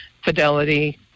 Fidelity